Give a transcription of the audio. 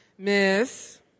Miss